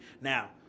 now